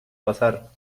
pasar